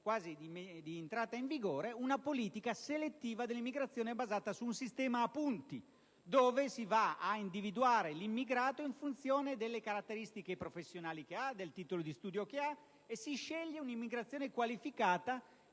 fase di entrata in vigore - una politica selettiva dell'immigrazione basata su un sistema a punti dove si va ad individuare l'immigrato in funzione delle caratteristiche professionali e del titolo di studio che possiede. Si sceglie così un'immigrazione qualificata